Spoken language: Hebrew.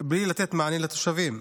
בלי לתת מענה לתושבים,